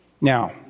Now